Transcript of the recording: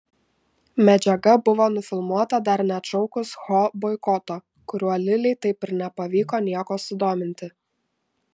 medžiaga buvo nufilmuota dar neatšaukus ho boikoto kuriuo lilei taip ir nepavyko nieko sudominti